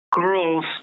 girls